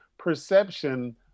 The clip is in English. perception